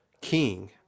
king